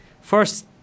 first